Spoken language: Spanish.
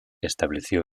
estableció